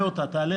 מהו